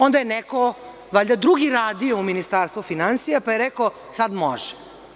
Onda je neko valjda drugi radio u Ministarstvu finansija pa je rekao – sad može.